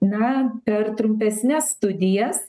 na per trumpesnes studijas